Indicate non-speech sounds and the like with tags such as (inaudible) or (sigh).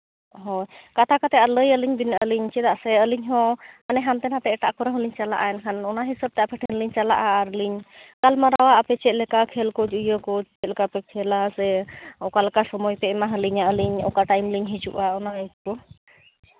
ᱦᱳᱭ ᱠᱟᱛᱷᱟ ᱠᱟᱛᱮ ᱟᱨ ᱞᱟᱹᱭ ᱟᱹᱞᱤᱧ ᱵᱤᱱ ᱟᱹᱞᱤᱧ ᱪᱮᱫᱟᱜ ᱥᱮ ᱟᱹᱞᱤᱧ ᱦᱚᱸ ᱚᱱᱮ ᱦᱟᱱᱛᱮ ᱱᱟᱛᱮ ᱮᱴᱟᱜ ᱠᱚᱨᱮ ᱦᱚᱸᱞᱤᱧ ᱪᱟᱞᱟᱜᱼᱟ ᱮᱱᱠᱷᱟᱱ ᱚᱱᱟ ᱦᱤᱥᱟᱹᱵ ᱛᱮ ᱟᱯᱮ ᱴᱷᱮᱱ ᱞᱤᱧ ᱪᱟᱞᱟᱜᱼᱟ ᱟᱨᱞᱤᱧ ᱜᱟᱞᱢᱟᱨᱟᱣᱟ ᱟᱯᱮ ᱪᱮᱫ ᱞᱮᱠᱟ ᱠᱷᱮᱞ ᱠᱚ ᱤᱭᱟᱹ ᱠᱚ ᱪᱮᱫ ᱞᱮᱠᱟ ᱯᱮ ᱠᱷᱮᱞᱼᱟ ᱥᱮ ᱚᱠᱟ ᱞᱮᱠᱟ ᱥᱚᱢᱚᱭ ᱯᱮ ᱮᱢᱟ ᱟᱹᱞᱤᱧᱟ ᱟᱹᱞᱤᱧ ᱚᱠᱟ ᱴᱟᱭᱤᱢ ᱞᱤᱧ ᱦᱤᱡᱩᱜᱼᱟ (unintelligible)